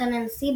משכן הנשיא,